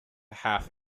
half